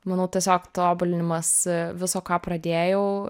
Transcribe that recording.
manau tiesiog tobulinimas viso ką pradėjau